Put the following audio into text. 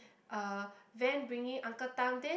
uh van bringing uncle Tham then